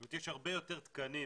זאת אומרת יש הרבה יותר תקנים